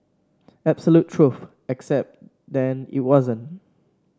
absolute truth except then it wasn't